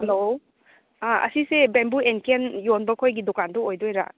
hello ꯑꯥ ꯑꯁꯤꯁꯦ ꯕꯦꯝꯕꯨ ꯑꯦꯟ ꯀꯦꯟ ꯌꯣꯟꯕ ꯈꯣꯏꯒꯤ ꯗꯨꯀꯥꯟꯗꯨ ꯑꯣꯏꯗꯣꯏꯔꯥ